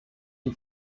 die